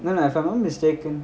no lah if I'm not mistaken